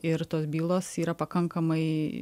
ir tos bylos yra pakankamai